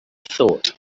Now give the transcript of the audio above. thought